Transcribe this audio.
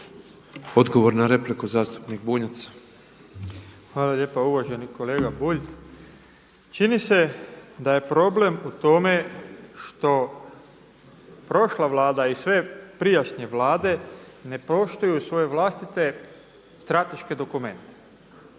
Branimir (Živi zid)** Hvala lijepa. Uvaženi kolega Bulj. Čini se da je problem u tome što prošla vlada i sve prijašnje vlade ne poštuju svoje vlastite strateške dokumente.